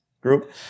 group